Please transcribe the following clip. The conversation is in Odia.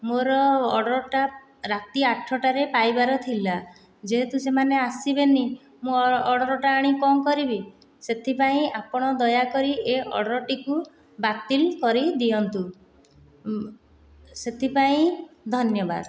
ମୋର ଅର୍ଡ଼ରଟା ରାତି ଆଠଟାରେ ପାଇବାର ଥିଲା ଯେହେତୁ ସେମାନେ ଆସିବେନି ମୁଁ ଅର୍ଡ଼ରଟା ଆଣି କ'ଣ କରିବି ସେଥିପାଇଁ ଆପଣ ଦୟାକରି ଏ ଅର୍ଡ଼ର ଟିକୁ ବାତିଲ କରି ଦିଅନ୍ତୁ ସେଥିପାଇଁ ଧନ୍ୟବାଦ